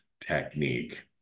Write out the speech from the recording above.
technique